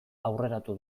aurreratu